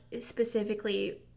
specifically